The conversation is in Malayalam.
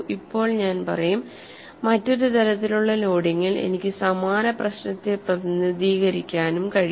ഇപ്പോൾ ഞാൻ പറയും മറ്റൊരു തരത്തിലുള്ള ലോഡിംഗിൽ എനിക്ക് സമാന പ്രശ്നത്തെ പ്രതിനിധീകരിക്കാനും കഴിയും